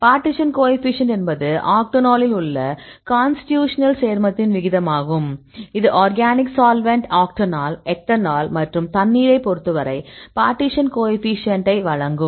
partition coefficient என்பது ஆக்டோனோலில் உள்ள கான்ஸ்டிடியூஷனல் சேர்மத்தின் விகிதமாகும் இது ஆர்கானிக் சால்வெண்ட் ஆக்டானோல் எத்தனால் மற்றும் தண்ணீரைப் பொறுத்தவரை பார்ட்டிஷன் கோஎஃபீஷியேன்டை வழங்கும்